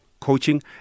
coaching